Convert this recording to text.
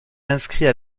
inscrits